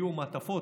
הגיעו מעטפות,